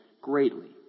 greatly